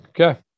okay